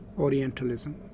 Orientalism